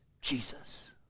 Jesus